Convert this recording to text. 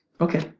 Okay